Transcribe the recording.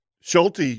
Schulte